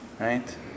Right